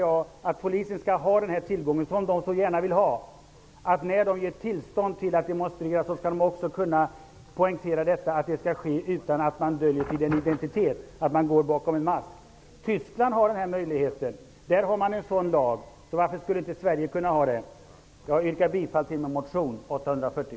Jag menar att polisen skall få möjlighet, vilket de så gärna själva vill, att när de ger tillstånd till en demonstration poängtera att demonstrationen skall ske utan att deltagarna gömmer sin identitet bakom en mask. I Tyskland finns denna möjlighet. Där har man en sådan lag. Varför skulle inte Sverige kunna ha det? Jag yrkar bifall till min motion Ju840.